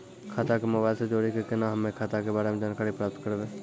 खाता के मोबाइल से जोड़ी के केना हम्मय खाता के बारे मे जानकारी प्राप्त करबे?